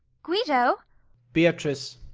guido beatrice,